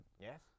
Yes